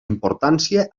importància